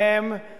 שהם בשמאל וצריך,